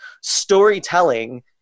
Storytelling